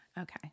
Okay